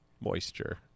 Moisture